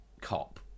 cop